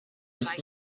nicht